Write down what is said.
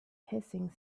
hissing